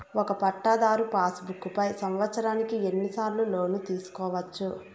ఒక పట్టాధారు passbook పై సంవత్సరానికి ఎన్ని సార్లు లోను తీసుకోవచ్చు?